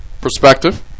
perspective